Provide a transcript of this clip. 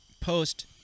post-